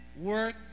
work